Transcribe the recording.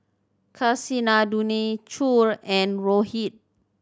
Kasinadhuni Choor and Rohit